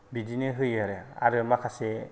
बिदिनो होयो आरो आरो माखासे